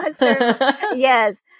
Yes